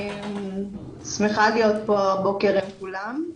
שמחה לראות פה הבוקר את כולם.